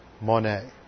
Monet